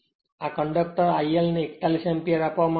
આ current IL ને 41 ampere આપવામાં આવે છે